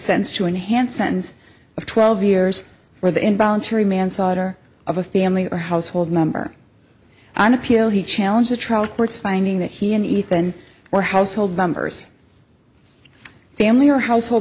sense to enhance sentence of twelve years for the involuntary manslaughter of a family or household member on appeal he challenge the trial court's finding that he and ethan were household members family or household